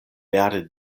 vere